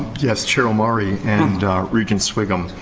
yes, chair omari and regent sviggum.